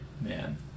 Man